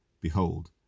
behold